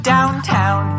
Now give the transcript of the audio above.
Downtown